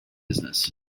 business